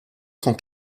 sont